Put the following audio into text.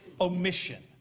omission